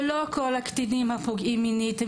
ולא כל הקטינים הפוגעים מינית הם